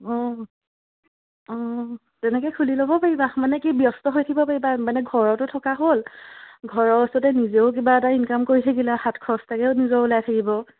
অঁ অঁ তেনেকে খুলি ল'ব পাৰিবা মানে কি ব্যস্ত হৈ থাকিব পাৰিবা মানে ঘৰতো থকা হ'ল ঘৰৰ ওচৰতে নিজেও কিবা এটা ইনকাম কৰি থাকিলে হাত খৰছ এটাও নিজৰ ওলাই থাকিব